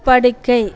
படுக்கை